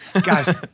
Guys